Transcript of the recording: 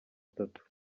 tatu